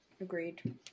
agreed